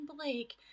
Blake